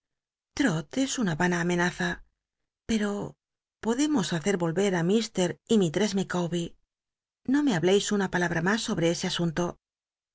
es una m na amenaza pcro podemos hacer volver ill y mistress iiicawber no me hablcis una palabra mas sobre ese asun